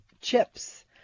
chips